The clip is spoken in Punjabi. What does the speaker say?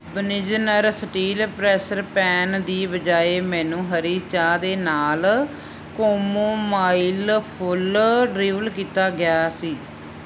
ਬਨਿਜਨਰ ਸਟੀਲ ਪ੍ਰੈਸ਼ਰ ਪੈਨ ਦੀ ਬਜਾਏ ਮੈਨੂੰ ਹਰੀ ਚਾਹ ਦੇ ਨਾਲ ਕੋਮੋਮਾਈਲ ਫੁੱਲ ਡਿਲੀਵਰ ਕੀਤਾ ਗਿਆ ਸੀ